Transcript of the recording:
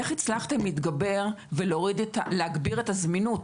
איך הצלחתם להתגבר ולהגביר את הזמינות?